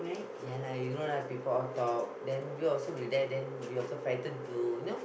ya lah you know lah people all talk then you also will there then we also frightened to you know